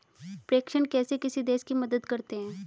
प्रेषण कैसे किसी देश की मदद करते हैं?